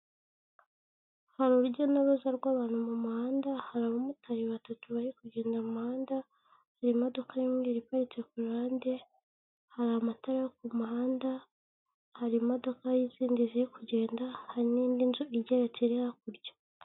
Hari urujya n'uruza rw'abantu mu muhanda, hari abamotari batatu bari kugenda mu muhanda, hari imodoka y'umweru iparitse kuruhande, hari amatara yo ku muhanda, hari imodoka n'izindi ziri kugenda, hari n'indi nzu igeretse iri hakurya.